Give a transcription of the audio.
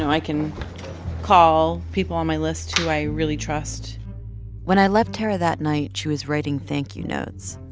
i can call people on my list who i really trust when i left tarra that night, she was writing thank-you notes.